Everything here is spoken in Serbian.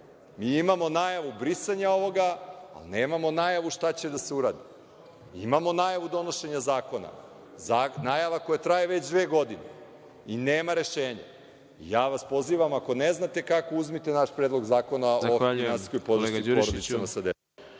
Mi imamo najavu brisanja ovoga, a nemamo najavu šta će da se uradi. Imamo najavu donošenja zakona, najava koja traje već dve godine i nema rešenja. Pozivam vas, ako ne znate kako, uzmite naš predlog Zakona o finansijskoj podršci porodicama sa decom.